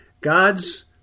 God's